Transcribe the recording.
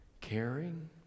caring